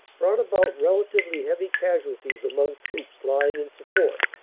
brought about relatively heavy casualties among troops lying in support,